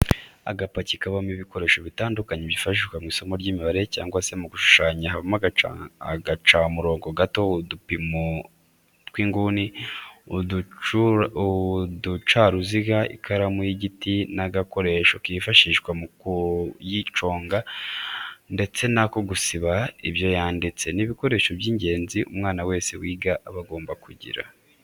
Agapaki kabamo ibikoresho bitandukanye byifashishwa mu isomo ry'imibare cyangwa se mu gushushanya habamo agacamurongo gato, udupima inguni, uducaruziga, ikaramu y'igiti n'agakoresho kifashishwa mu kuyiconga ndetse n'ako gusiba ibyo yanditse, ni ibikoresho by'ingenzi umwana wese wiga aba agomba kugira.